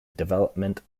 development